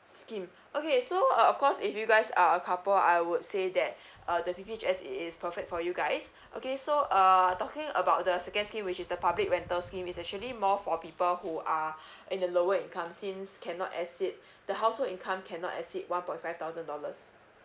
scheme okay so uh of course if you guys are a couple I would say that uh the P_P_H_S it is perfect for you guys okay so uh talking about the second scheme which is the public rental scheme is actually more for people who are in the lower income since cannot exceed the household income cannot exceed one point five thousand dollars